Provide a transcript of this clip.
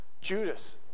Judas